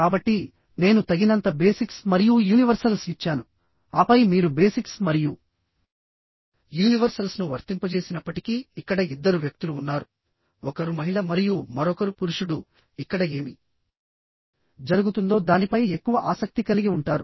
కాబట్టి నేను తగినంత బేసిక్స్ మరియు యూనివర్సల్స్ ఇచ్చాను ఆపై మీరు బేసిక్స్ మరియు యూనివర్సల్స్ను వర్తింపజేసినప్పటికీఇక్కడ ఇద్దరు వ్యక్తులు ఉన్నారు ఒకరు మహిళ మరియు మరొకరు పురుషుడు ఇక్కడ ఏమి జరుగుతుందో దానిపై ఎక్కువ ఆసక్తి కలిగి ఉంటారు